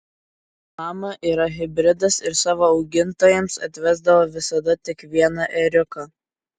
lama yra hibridas ir savo augintojams atvesdavo visada tik vieną ėriuką